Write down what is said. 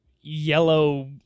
yellow